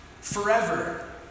forever